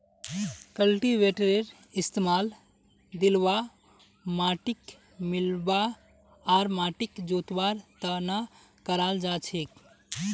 कल्टीवेटरेर इस्तमाल ढिलवा माटिक मिलव्वा आर माटिक जोतवार त न कराल जा छेक